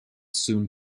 soon